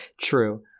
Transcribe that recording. True